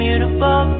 Beautiful